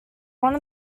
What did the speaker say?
one